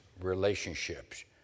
relationships